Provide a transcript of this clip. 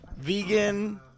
vegan